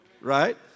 Right